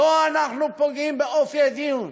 לא אנחנו פוגעים באופי הדיון,